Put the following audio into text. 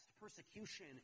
persecution